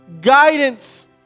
guidance